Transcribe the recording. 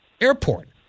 airport